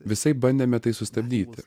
visaip bandėme tai sustabdyti